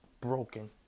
broken